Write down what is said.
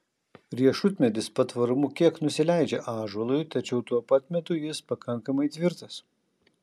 riešutmedis patvarumu kiek nusileidžia ąžuolui tačiau tuo pat metu jis pakankamai tvirtas